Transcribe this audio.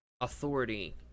authority